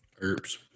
herbs